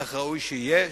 כך ראוי שיהיה,